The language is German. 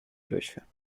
durchführen